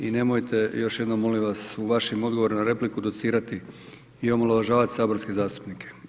I nemojte još jednom molim vas u vašim odgovorima na repliku docirati i omalovažavati saborske zastupnike.